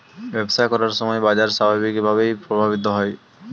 ব্যবসা করার সময় বাজার স্বাভাবিকভাবেই প্রভাবিত হয়